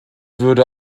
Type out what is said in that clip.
würde